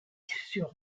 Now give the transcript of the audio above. sur